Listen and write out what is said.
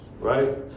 right